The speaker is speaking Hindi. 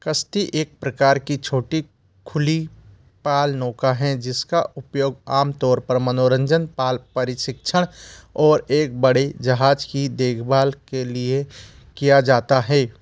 कश्ती एक प्रकार की छोटी खुली पाल नोका हैं जिसका उपयोग आमतौर पर मनोरंजन पाल प्रशिक्षण और एक बड़े जहाज़ की देखभाल के लिए किया जाता है